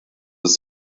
ist